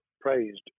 praised